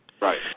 Right